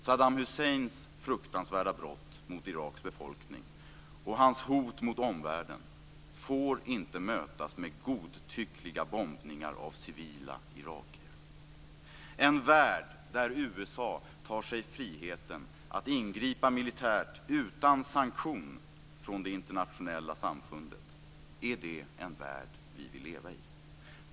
Saddam Husseins fruktansvärda brott mot Iraks befolkning och hans hot mot omvärlden får inte mötas med godtyckliga bombningar av civila irakier. En värld där USA tar sig friheten att ingripa militärt utan sanktion från det internationella samfundet - är det en värld vi vill leva i?